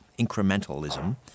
incrementalism